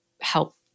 help